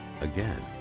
Again